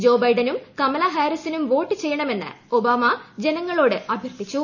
ജോ ബൈഡനും കമല ഹാരിസിനും വോട്ട് ചെയ്യണമെന്ന് ഒബാമ ജനങ്ങളോട് അഭ്യർത്ഥിച്ചു